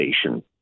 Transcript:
station